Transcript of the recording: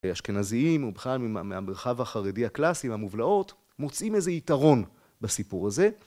האשכנזיים ובכלל מהמרחב החרדי הקלאסי והמובלעות מוצאים איזה יתרון בסיפור הזה